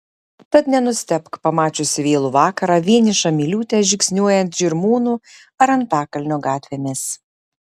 tad nenustebk pamačiusi vėlų vakarą vienišą miliūtę žingsniuojant žirmūnų ar antakalnio gatvėmis